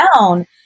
down